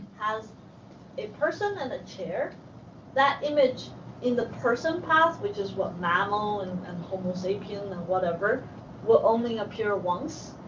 has a person and a that image in the person pass which is what? mammal and and homo sapiens and whatever will only appear once.